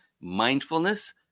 mindfulness